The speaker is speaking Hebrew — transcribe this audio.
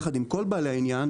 יחד עם כל בעלי העניין,